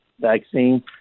vaccine